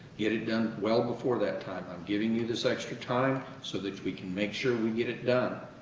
get it done well before that time. i'm giving you this extra time so that we can make sure we get it done.